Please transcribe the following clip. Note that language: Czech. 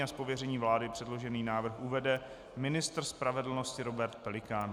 Z pověření vlády předložený návrh uvede ministr spravedlnosti Robert Pelikán.